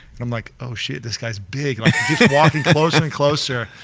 i'm like oh shit this guy's big. he's walking closer and closer,